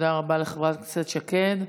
תודה רבה לחברת הכנסת שקד.